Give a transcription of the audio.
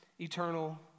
eternal